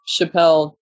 Chappelle